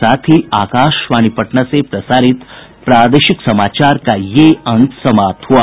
इसके साथ ही आकाशवाणी पटना से प्रसारित प्रादेशिक समाचार का ये अंक समाप्त हुआ